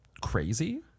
Crazy